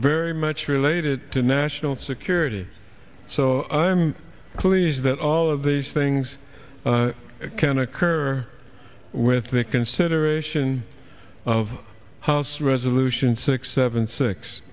very much related to national security so i'm pleased that all of these things can occur with the consideration of house resolution six seven six